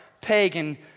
pagan